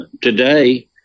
today